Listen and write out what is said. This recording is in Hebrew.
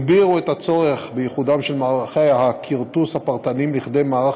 הגבירו את הצורך באיחודם של מערכי הכרטוס הפרטניים לכדי מערך